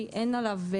שלנו,